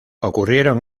ocurrieron